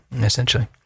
essentially